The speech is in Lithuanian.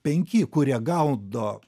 penki kurie gaudo